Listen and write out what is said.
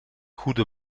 goede